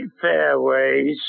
fairways